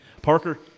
Parker